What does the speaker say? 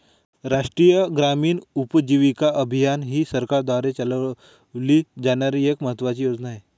राष्ट्रीय ग्रामीण उपजीविका अभियान ही सरकारद्वारे चालवली जाणारी एक महत्त्वाची योजना आहे